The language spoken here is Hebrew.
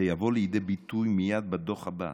זה יבוא לידי ביטוי מייד בדוח הבא.